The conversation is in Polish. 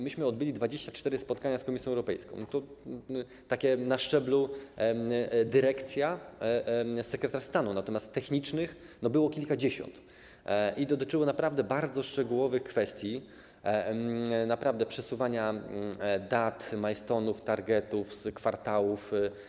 Myśmy odbyli 24 spotkania z Komisją Europejską, i to takie na szczeblu: dyrekcja, sekretarz stanu, natomiast spotkań technicznych było kilkadziesiąt i one dotyczyły naprawdę bardzo szczegółowych kwestii, przesuwania dat, milestone’ów, targetów z kwartałów.